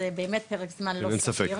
זה באמת פרק זמן לא סביר,